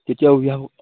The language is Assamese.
তেতিয়া অভিভাৱক